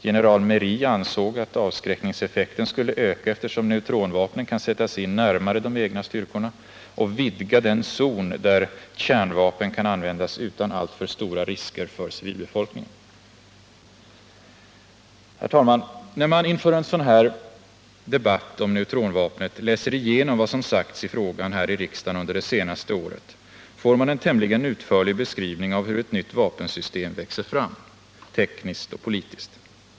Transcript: General Meéery ansåg att avskräckningseffekten skulle öka, eftersom neutronvapnen kan sättas in närmare de egna styrkorna och vidga den zon där kärnvapen kan användas utan alltför stora risker för civilbefolkningen. När man inför en sådan här debatt om neutronvapnet läser igenom vad som sagts i frågan här i riksdagen under det senaste året får man en tämligen utförlig beskrivning av hur ett nytt vapensystem växer fram, tekniskt och politiskt.